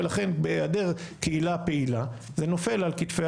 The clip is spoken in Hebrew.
ולכן בהיעדר קהילה פעילה זה נופל על כתפי